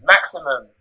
maximum